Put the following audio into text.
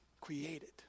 created